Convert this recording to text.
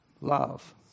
love